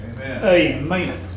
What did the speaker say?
Amen